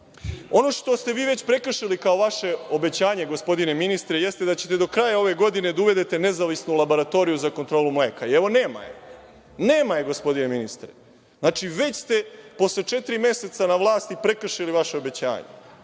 što ste vi već prekršili, kao vaše obećanje, gospodine ministre, jeste da ćete do kraja ove godine da uvedete nezavisnu laboratoriju za kontrolu mleka. I evo, nema je. Nema je, gospodine ministre. Već ste, posle četiri meseca na vlasti, prekršili vaše obećanje.